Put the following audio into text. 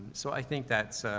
so i think that's, ah,